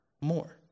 more